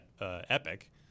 Epic